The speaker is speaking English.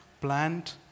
plant